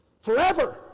forever